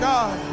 God